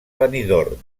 benidorm